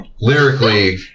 lyrically